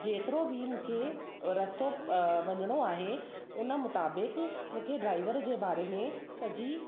जेतिरो बि मूंखे रस्तो वञणो आहे उन मुताबिक मूंखे ड्राईवर जे बारे में सॼी